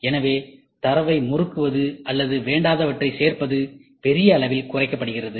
எனவே தரவை முறுக்குவது அல்லது வேண்டாதவற்றை சேர்ப்பது பெரிய அளவில் குறைக்கப்படுகிறது